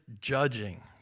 judging